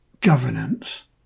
Governance